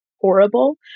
horrible